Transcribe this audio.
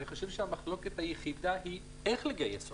המחלוקת היחידה היא איך לגייס אותם.